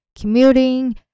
commuting